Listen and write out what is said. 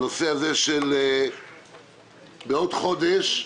בעוד חודש,